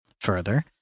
Further